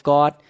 God